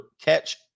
catch